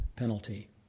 penalty